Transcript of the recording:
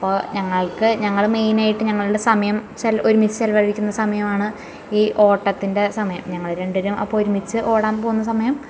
അപ്പോൾ ഞങ്ങൾക്ക് ഞങ്ങൾ മൈനായിട്ട് ഞങ്ങളുടെ സമയം ചില ഒരുമിച്ച് ചിലവഴിക്കുന്ന സമയമാണ് ഈ ഓട്ടത്തിൻ്റെ സമയം ഞങ്ങൾ രണ്ടിരും അപ്പോൾ ഒരുമിച്ച് ഓടാൻ പോകുന്ന സമയം